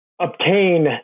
obtain